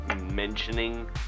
mentioning